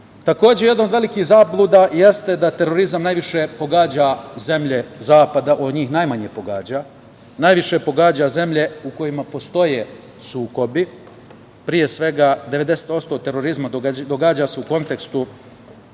pravcu. Takođe, jedna od velikih zabluda jeste da terorizam najviše pogađa zemlje Zapada. On njih najmanje pogađa. Najviše pogađa zemlje u kojima postoje sukobi. Pre svega, 90% terorizma događa se u kontekstu